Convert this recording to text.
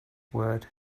word